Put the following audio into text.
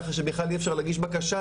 ככה שאי אפשר להגיש בקשה,